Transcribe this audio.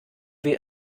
wir